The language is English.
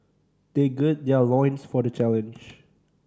they gird their loins for the challenge